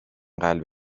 قلب